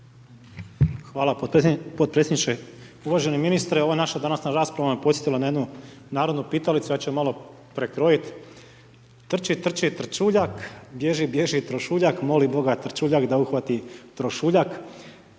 Hvala potpredsjedniče. Uvaženi ministre, ova današnja rasprava me podsjetila na jednu narodnu pitalicu, ja ću je malo prekrojiti, trči, trči trčuljak, bježi, bježi trošuljak, moli boga trčuljak da uhvati trošouljak.